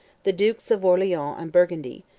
the dukes of orleans and burgundy,